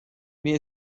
mir